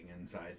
inside